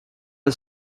are